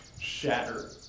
Shattered